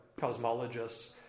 Cosmologists